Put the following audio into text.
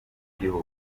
igihugu